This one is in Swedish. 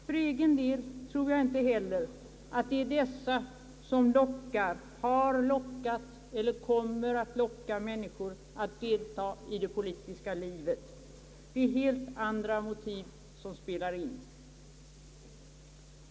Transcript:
För egen del tror jag inte heller att det är dessa som lockar, har lockat eller kommer att locka människor att deltaga i det politiska arbetet — det är helt andra motiv som spelar in.